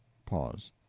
pause.